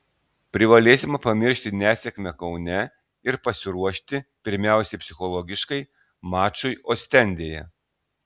privalėsime pamiršti nesėkmę kaune ir pasiruošti pirmiausiai psichologiškai mačui ostendėje